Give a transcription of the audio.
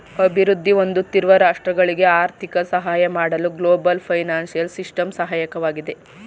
ಅಭಿವೃದ್ಧಿ ಹೊಂದುತ್ತಿರುವ ರಾಷ್ಟ್ರಗಳಿಗೆ ಆರ್ಥಿಕ ಸಹಾಯ ಮಾಡಲು ಗ್ಲೋಬಲ್ ಫೈನಾನ್ಸಿಯಲ್ ಸಿಸ್ಟಮ್ ಸಹಾಯಕವಾಗಿದೆ